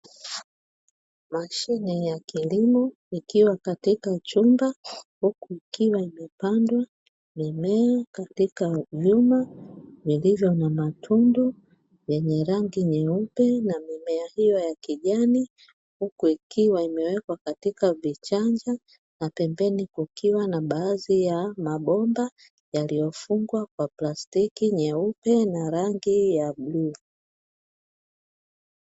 Mashine ya kilimo ikiwa katika uchumba huku ikiwa imepanda mimea katika nyumba yenye maundu yenye rangi nyeupe na mmea wa kijani, huku ikiwa imewekwa katika vichanja na pembeni kukiwa na baadhi ya mabomba yaliofungwa kwa plastiki nyeupe na rangi ya bluu.